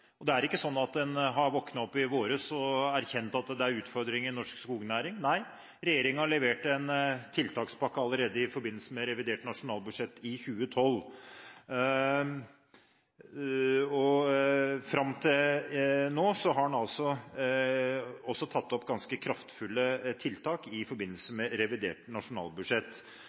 alvor. Det er ikke sånn at man våknet opp i vår og erkjente at det er utfordringer i norsk skognæring. Nei, regjeringen leverte en tiltakspakke allerede i forbindelse med revidert nasjonalbudsjett i 2012. Fram til nå har man tatt opp ganske kraftfulle tiltak i forbindelse med revidert nasjonalbudsjett.